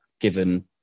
given